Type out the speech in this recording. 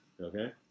Okay